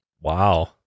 Wow